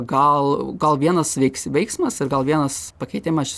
gal gal vienas veiks veiksmas ir gal vienas pakeitimas